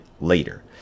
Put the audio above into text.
later